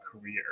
career